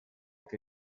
que